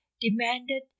demanded